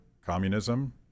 communism